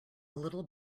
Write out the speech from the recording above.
little